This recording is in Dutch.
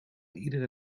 iedere